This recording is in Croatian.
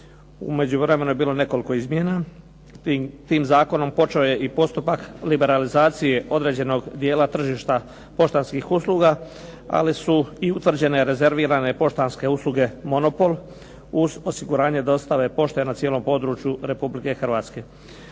U međuvremenu je bilo nekoliko izmjena. Tim zakonom počeo je i postupak liberalizacije određenog dijela tržišta poštanskih usluga. Ali su i utvrđene rezervirane poštanske usluge monopol, uz osiguranje dostave pošte na cijelom području Republike Hrvatske.